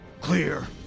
Clear